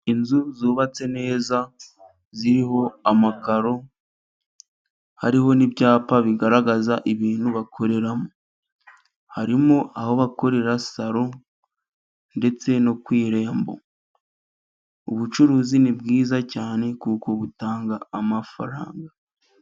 Inzu zubatse neza ziriho amakaro, hariho n'ibyapa bigaragaza ibintu bakoreramo, harimo aho bakorera saro ndetse no ku irembo, ubucuruzi ni bwiza cyane kuko butanga amafaranga.